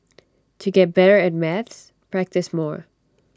to get better at maths practise more